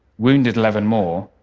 wounded eleven more,